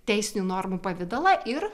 teisinių normų pavidalą ir